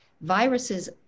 viruses